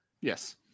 Yes